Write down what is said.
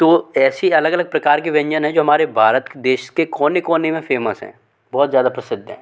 तो ऐसे अलग अलग प्रकार के व्यंजन हैं जो हमारे भारत देश के कोने कोने में फ़ेमस हैं बहुत ज़्यादा प्रसिद्ध हैं